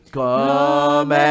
come